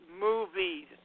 movies